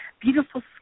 Beautiful